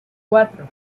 cuatro